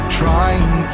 trying